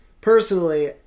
personally